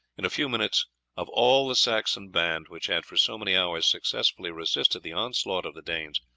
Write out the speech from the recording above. in a few minutes of all the saxon band which had for so many hours successfully resisted the onslaught of the danes,